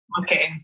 Okay